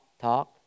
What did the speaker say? talk